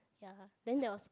ya then there was